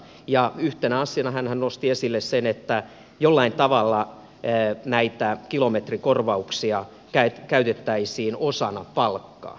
ja yhtenä asianahan hän nosti esille sen että jollain tavalla näitä kilometrikorvauksia käytettäisiin osana palkkaa